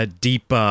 deep